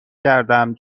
کردم